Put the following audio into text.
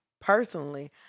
personally